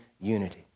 unity